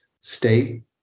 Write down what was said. state